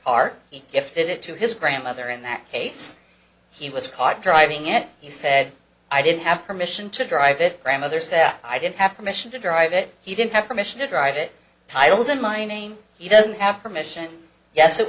are gifted it to his grandmother in that case he was caught driving it he said i didn't have permission to drive it grandmother said i didn't have permission to drive it he didn't have permission to drive it titles in my name he doesn't have permission yes it